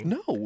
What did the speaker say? no